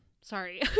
Sorry